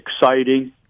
exciting